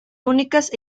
únicas